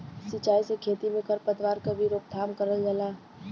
सिंचाई से खेती में खर पतवार क भी रोकथाम करल जाला